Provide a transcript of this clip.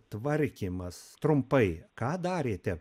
tvarkymas trumpai ką darėte